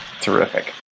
Terrific